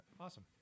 Awesome